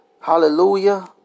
Hallelujah